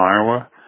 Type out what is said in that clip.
Iowa